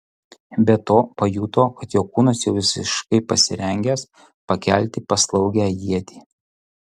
be to pajuto kad jo kūnas jau visiškai pasirengęs pakelti paslaugią ietį